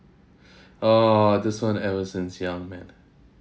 oh this one ever since young man